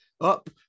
up